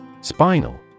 Spinal